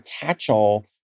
catch-all